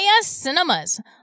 Cinemas